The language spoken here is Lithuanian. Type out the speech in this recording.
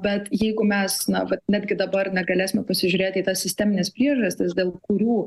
bet jeigu mes na vat netgi dabar negalėsime pasižiūrėti į tas sistemines priežastis dėl kurių